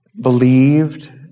believed